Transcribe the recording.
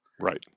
Right